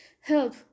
help